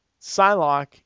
Psylocke